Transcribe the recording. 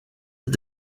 est